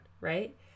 right